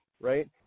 right